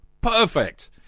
Perfect